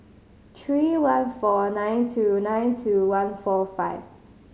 three one four nine two nine two one four five